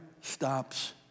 stops